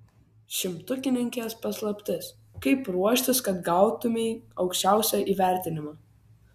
šimtukininkės paslaptis kaip ruoštis kad gautumei aukščiausią įvertinimą